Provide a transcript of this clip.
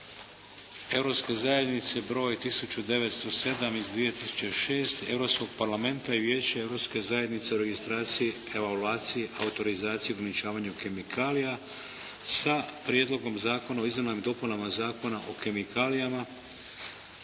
Uredbe (EZ) br. 1907/2006. Europskoga parlamenta i Vijeća EZ o registraciji, evaluaciji, autorizaciji i ograničavanju kemikalija sa Prijedlogom zakona o izmjenama i dopunama Zakona o kemikalijama